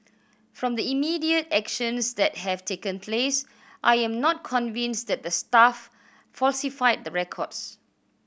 from the immediate actions that have taken place I am not convinced that the staff falsified the records